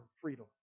freedom